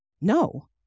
No